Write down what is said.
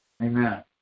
Amen